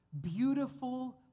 Beautiful